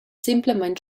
semplamein